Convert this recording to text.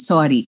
Sorry